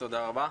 תודה רבה.